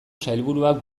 sailburuak